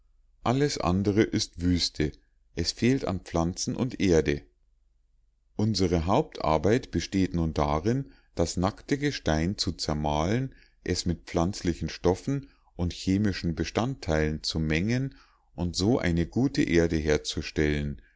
alles andere ist wüste es fehlt an pflanzen und erde unsere hauptarbeit besteht nun darin das nackte gestein zu zermahlen es mit pflanzlichen stoffen und chemischen bestandteilen zu mengen und so eine gute erde herzustellen